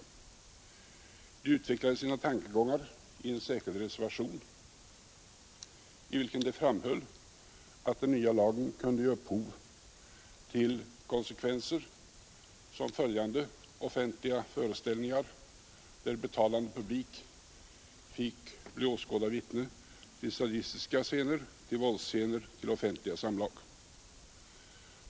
De utvecklade sina tankegångar i en särskild reservation, i vilken de framhöll att den nya lagen kunde ge upphov till sådant som offentliga föreställningar, där betalande publik fick bli åskåda vittne till sadistiska scener, till våldsscener, till offentliga samlag.